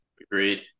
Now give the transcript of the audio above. Agreed